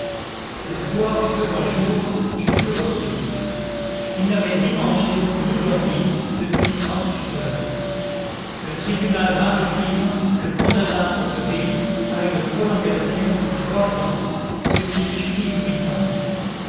le soir du second jour il fut repris il n'avait ni mangé ni dormi depuis trente-six heures le tribunal maritime le condamna pour ce délit à une prolongation de trois ans ce qui lui fit huit ans